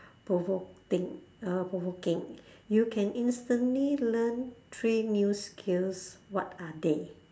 provoting uh provoking you can instantly learn three new skills what are they